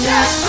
Yes